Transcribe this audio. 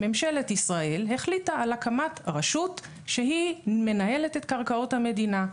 ממשלת ישראל החליטה על הקמת רשות שהיא מנהלת את קרקעות המדינה.